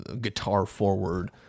guitar-forward